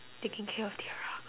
taking care of tiara